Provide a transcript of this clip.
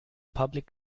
public